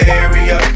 area